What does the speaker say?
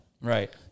right